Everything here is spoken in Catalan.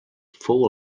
fou